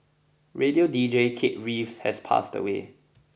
radio D J Kate Reyes has passed away